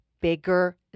bigger